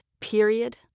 Period